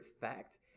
fact